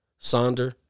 Sonder